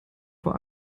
vor